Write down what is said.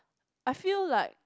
I feel like